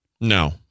No